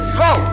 Slow